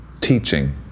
Teaching